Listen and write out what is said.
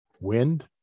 wind